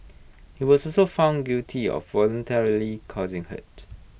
he was also found guilty of voluntarily causing hurt